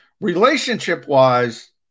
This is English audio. relationship-wise